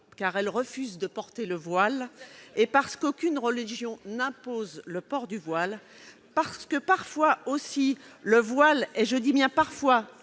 car elles refusent de porter le voile, et parce qu'aucune religion n'impose le port du voile, parce que parfois aussi- je dis bien :« parfois